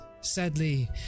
sadly